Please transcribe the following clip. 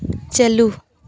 ᱪᱟᱹᱞᱩ